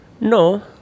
No